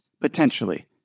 potentially